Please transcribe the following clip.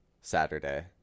Saturday